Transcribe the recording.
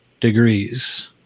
degrees